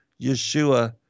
Yeshua